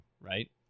Right